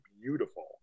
beautiful